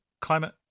climate